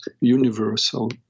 universal